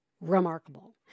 remarkable